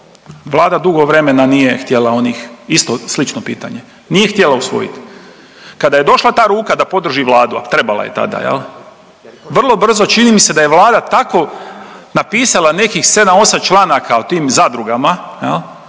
Vlada dugo vremena nije htjela onih isto slično pitanje, nije htjela usvojiti. Kada je došla ta ruka da podrži Vladu, a trebala ja tada jel' vrlo brzo, čini mi se da je Vlada tako napisala nekih sedam, osam članaka o tim zadrugama